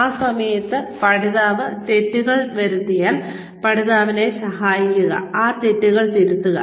ആ സമയത്ത് പഠിതാവ് തെറ്റുകൾ വരുത്തിയാൽ പഠിതാവിനെ സഹായിക്കുക ഈ തെറ്റുകൾ തിരുത്തുക